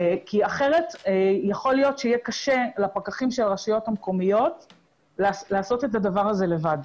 כי אחרת יכול להיות שיהיה קשה לפקחים של הרשויות לעשות את הדבר הזה לבד.